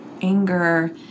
anger